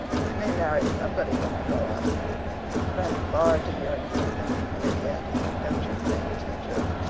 i may marry somebody when i grow up but i'm far too young to be thinking of it yet, don't you think, teacher?